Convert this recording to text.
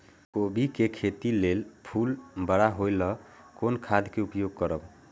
कोबी के खेती लेल फुल बड़ा होय ल कोन खाद के उपयोग करब?